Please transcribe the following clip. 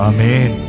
Amen